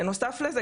בנוסף לזה,